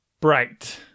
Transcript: bright